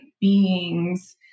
beings